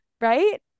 right